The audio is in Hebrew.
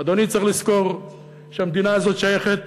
אדוני, צריך לזכור שהמדינה הזאת שייכת